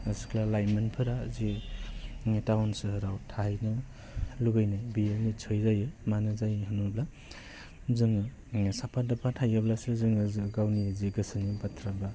सिख्ला लाइमोनफोरा जि टाउन सहराव थाहैनो लुबैनाय बियो निस्सय जायो मानो जायो होनोब्ला जोङो साफा दरफा थायोब्लासो जोङो गावनि जि गोसोनि बाथ्रा